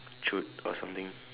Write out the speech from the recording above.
chute or something